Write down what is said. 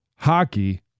Hockey